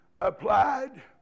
applied